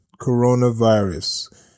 coronavirus